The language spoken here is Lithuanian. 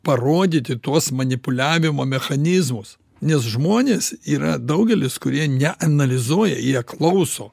parodyti tuos manipuliavimo mechanizmus nes žmonės yra daugelis kurie neanalizuoja jie klauso